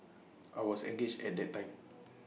I was engaged at the time